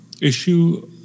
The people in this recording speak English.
issue